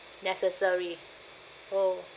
necessary oh